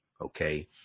Okay